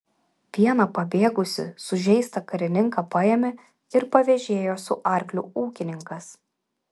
vieną pabėgusį sužeistą karininką paėmė ir pavėžėjo su arkliu ūkininkas